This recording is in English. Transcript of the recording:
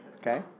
Okay